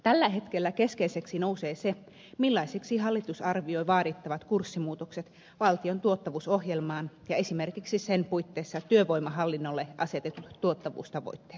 tällä hetkellä keskeiseksi nousee se millaisiksi hallitus arvioi vaadittavat kurssimuutokset valtion tuottavuusohjelmaan ja esimerkiksi sen puitteissa työvoimahallinnolle asetetut tuottavuustavoitteet